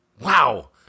Wow